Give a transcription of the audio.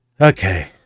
okay